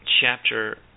chapter